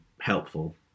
helpful